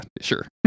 sure